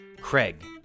Craig